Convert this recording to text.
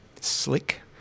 slick